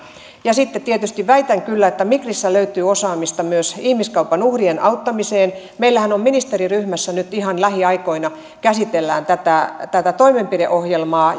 sitten tietysti väitän kyllä että migrissä löytyy osaamista myös ihmiskaupan uhrien auttamiseen meillähän ministeriryhmässä nyt ihan lähiaikoina käsitellään tätä tätä toimenpideohjelmaa